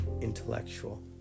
intellectual